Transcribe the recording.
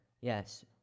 Yes